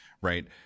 right